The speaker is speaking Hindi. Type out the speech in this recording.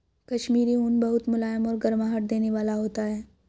कश्मीरी ऊन बहुत मुलायम और गर्माहट देने वाला होता है